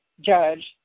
judge